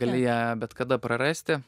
gali ją bet kada prarasti